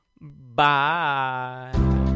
Bye